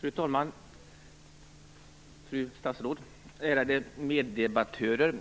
Fru talman! Fru statsråd! Ärade meddebattörer!